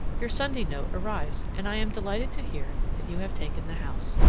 your sunday note arrives, and i am delighted to hear that you have taken the house.